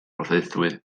porthaethwy